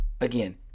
again